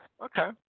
Okay